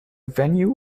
venue